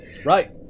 Right